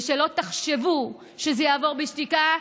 ושלא תחשבו שזה יעבור בשתיקה,